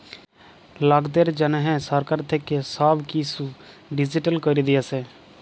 লকদের জনহ সরকার থাক্যে সব কিসু ডিজিটাল ক্যরে দিয়েসে